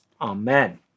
Amen